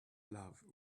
love